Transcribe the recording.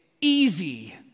easy